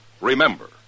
Remember